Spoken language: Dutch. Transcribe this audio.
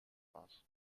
was